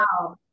Wow